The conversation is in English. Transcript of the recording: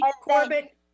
Corbett